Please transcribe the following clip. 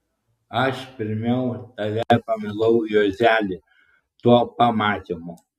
aš pirmiau tave pamilau juozeli tuo pamatymu